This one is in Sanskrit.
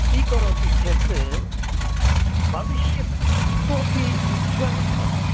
स्वीकरोति चेत् भविष्यति इतोपि उज्वलं भवति